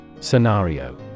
scenario